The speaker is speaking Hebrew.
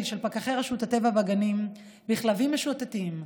של פקחי רשות הטבע והגנים בכלבים משוטטים,